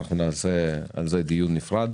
לכן נעשה על זה דיון נפרד,